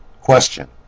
Question